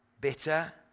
bitter